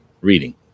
reading